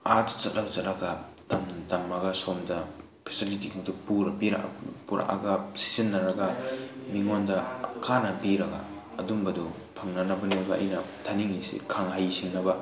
ꯑꯥꯗ ꯆꯠꯂ ꯆꯠꯂꯒ ꯇꯝ ꯇꯝꯃꯒ ꯁꯣꯝꯗ ꯐꯦꯁꯤꯂꯤꯇꯤꯁꯤꯡꯗꯨ ꯄꯨꯔꯛꯑꯒ ꯁꯤꯖꯤꯟꯅꯔꯒ ꯃꯤꯉꯣꯟꯗ ꯀꯥꯟꯅꯕ ꯄꯤꯔꯒ ꯑꯗꯨꯝꯕꯗꯨ ꯐꯪꯅꯅꯕꯅꯦꯕ ꯑꯩꯅ ꯊꯥꯅꯤꯡꯂꯤꯁꯤ ꯈꯔ ꯍꯩ ꯁꯤꯡꯅꯕ